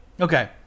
Okay